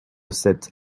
sept